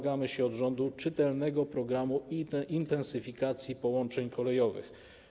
domagamy się od rządu czytelnego programu intensyfikacji połączeń kolejowych.